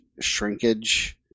shrinkage